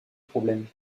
problème